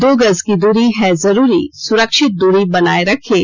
दो गज की दूरी है जरूरी सुरक्षित दूरी बनाए रखें